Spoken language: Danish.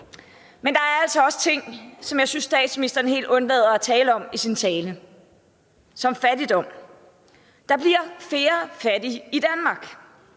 Men der er altså også ting, som jeg synes statsministeren helt undlader at tale om i sin tale, f.eks. fattigdom. Der bliver flere fattige i Danmark.